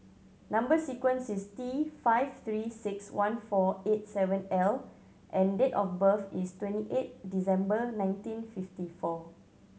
number sequence is T five Three Six One four eight seven L and date of birth is twenty eight December nineteen fifty four